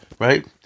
right